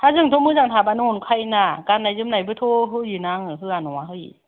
हा जोंथ' मोजां थाबानो अनखायोना गाननाय जोमनायबोथ' होयो ना आङो होआ नङा होयो